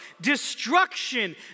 destruction